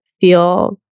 feel